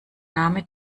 name